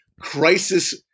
crisis